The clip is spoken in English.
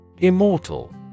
Immortal